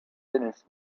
finished